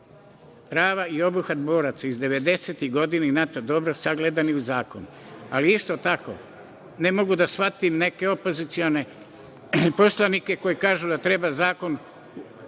prava i obuhvat boraca iz 90-tih godina i NATO dobro sagledani u zakonu, ali isto tako ne mogu da shvatim neke opozicione poslanike koji kažu da treba zakon